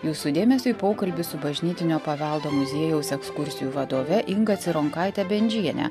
jūsų dėmesiui pokalbis su bažnytinio paveldo muziejaus ekskursijų vadove inga cironkaite bendžiene